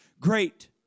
great